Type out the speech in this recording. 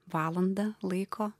valandą laiko